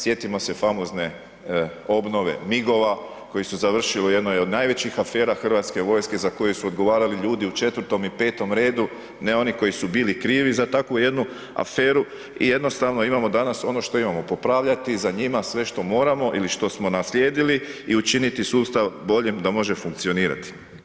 Sjetimo se famozne obnove MIG-ova koji su završili u jednoj od najvećih afera hrvatske vojske za koju su odgovarali ljudi u 4. i 5. redu, ne oni koji su bili krivi za takvu jednu aferu i jednostavno imamo danas ono što imamo, popravljati za njima sve što moramo ili što smo naslijedili i učiniti sustav boljim da može funkcionirati.